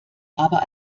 aber